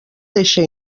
deixa